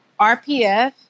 RPF